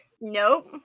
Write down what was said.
nope